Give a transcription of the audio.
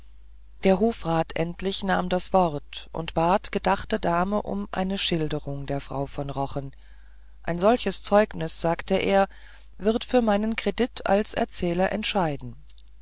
der hofrat endlich nahm das wort und bat gedachte dame um eine schilderung der frau von rochen ein solches zeugnis sagte er wird für meinen kredit als erzähler entscheiden